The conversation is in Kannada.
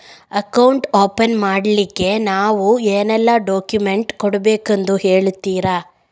ಅಕೌಂಟ್ ಓಪನ್ ಮಾಡ್ಲಿಕ್ಕೆ ನಾವು ಏನೆಲ್ಲ ಡಾಕ್ಯುಮೆಂಟ್ ಕೊಡಬೇಕೆಂದು ಹೇಳ್ತಿರಾ?